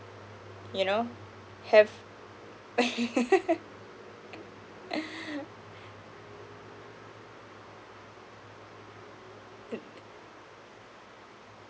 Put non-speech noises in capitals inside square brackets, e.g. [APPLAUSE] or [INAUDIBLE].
you know have [LAUGHS]